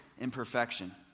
imperfection